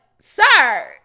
sir